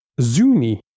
Zuni